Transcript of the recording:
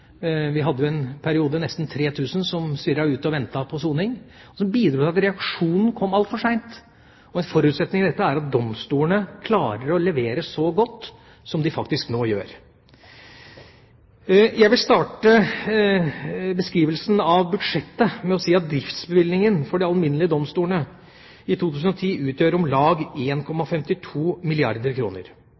Vi hadde i en periode nesten 3 000 som svirret ute og ventet på soning, som bidro til at reaksjonene kom altfor sent. Forutsetningen for dette er at domstolene klarer å levere så godt som de faktisk nå gjør. Jeg vil starte beskrivelsen av budsjettet med å si at driftsbevilgningen for de alminnelige domstolene i 2010 utgjør om lag 1,52 milliarder kr. Det er en